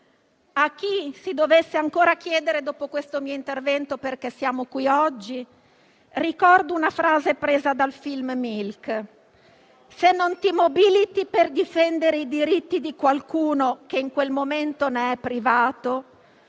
ancora si dovesse chiedere, dopo questo mio intervento, perché siamo qui oggi, ricordo una frase estratta dal film «Milk»: «Se non ti mobiliti per difendere i diritti di qualcuno che in quel momento ne è privato,